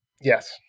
Yes